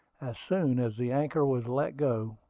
as soon as the anchor was let go,